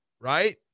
right